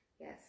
Yes